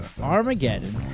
Armageddon